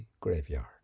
graveyard